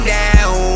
down